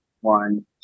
one